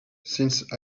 since